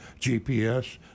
GPS